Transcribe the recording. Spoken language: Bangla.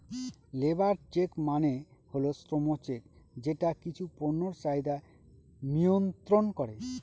লেবার চেক মানে হল শ্রম চেক যেটা কিছু পণ্যের চাহিদা মিয়ন্ত্রন করে